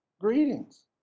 Greetings